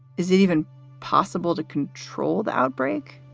is even possible to control the outbreak?